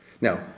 Now